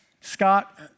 Scott